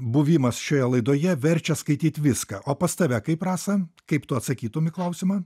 buvimas šioje laidoje verčia skaityt viską o pas tave kaip rasa kaip tu atsakytum į klausimą